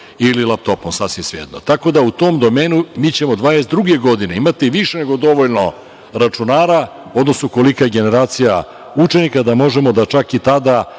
ili laptopom, sasvim je sve jedno, tako da u tom domenu, mi ćemo 2022. godine imati više nego dovoljno računara, odnosno kolika je generacija učenika, da može i tada